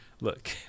Look